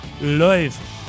live